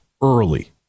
early